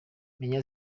menya